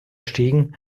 stiegen